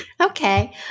Okay